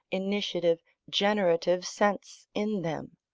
initiative, generative, sense in them.